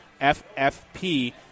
FFP